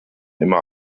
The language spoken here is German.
immer